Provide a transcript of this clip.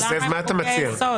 מה אתה מציע?